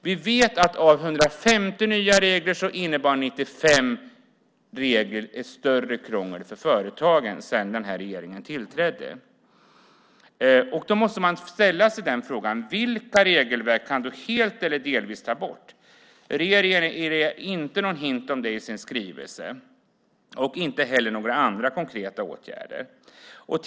Vi vet att av 150 nya regler har 95 regler inneburit större krångel för företagen sedan denna regering tillträdde. Man måste ställa sig frågan vilka regelverk som helt eller delvis kan tas bort. Regeringen ger inte någon hint om det i sin skrivelse och inte heller några andra konkreta åtgärder.